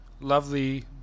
lovely